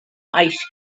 ice